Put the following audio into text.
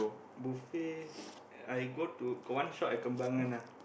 buffet I go to got one shop at Kembangan ah